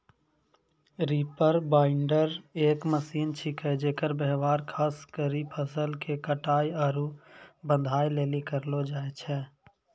reaper binder एक machine छिकै जेकर व्यवहार खास करी फसल के काटै आरू बांधै लेली करलो जाय छै